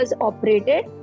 operated